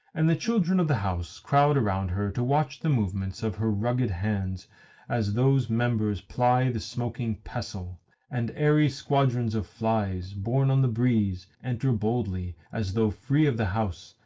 and the children of the house crowd around her to watch the movements of her rugged hands as those members ply the smoking pestle and airy squadrons of flies, borne on the breeze, enter boldly, as though free of the house,